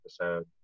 episode